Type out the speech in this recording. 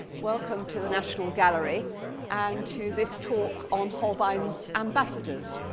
welcome to the national gallery and to this talk on holbein's ambassadors.